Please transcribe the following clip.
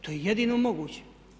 To je jedino moguće.